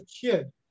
kid